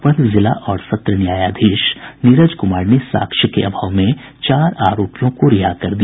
अपर जिला और सत्र न्यायाधीश नीरज कुमार ने साक्ष्य के अभाव में चार आरोपियों को रिहा कर दिया